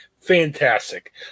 Fantastic